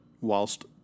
whilst